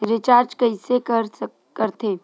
Recharge कइसे कर थे?